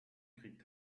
krieg